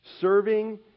Serving